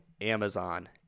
Amazon